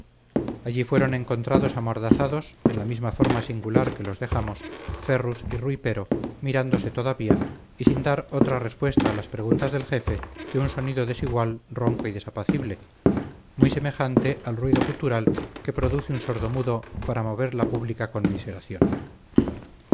allí fueron encontrados amordazados en la misma forma singular que los dejamos ferrus y rui pero mirándose todavía y sin dar otra respuesta a las preguntas del jefe que un sonido desigual ronco y desapacible muy semejante al ruido gutural que produce un sordomudo para mover la pública